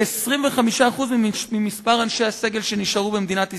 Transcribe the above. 25% ממספר אנשי הסגל שנשארו במדינת ישראל.